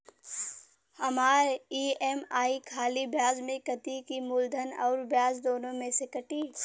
हमार ई.एम.आई खाली ब्याज में कती की मूलधन अउर ब्याज दोनों में से कटी?